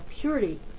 purity